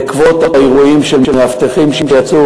בעקבות האירועים של מאבטחים שיצאו,